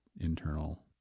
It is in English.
internal